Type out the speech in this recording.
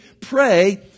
pray